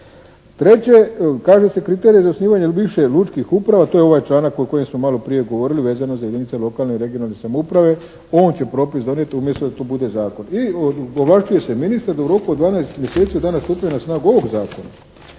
Treće. Kaže se kriteriji za osnivanje više lučkih uprava. To je ovaj članak o kojem smo malo prije govorili vezano za jedinice lokalne i regionalne samouprave. On će propis donijeti umjesto da to bude zakon. I ovlašćuje se ministar da u roku od 12 mjeseci od dana stupanja na snagu ovog zakona